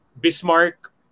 Bismarck